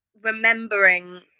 remembering